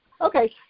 Okay